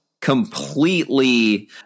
completely